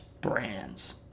brands